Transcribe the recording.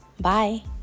Bye